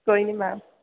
कोई नी मैम